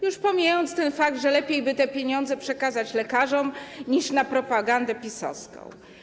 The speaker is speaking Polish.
Już pomijając ten fakt, że lepiej by te pieniądze przekazać lekarzom niż na propagandę PiS-owską.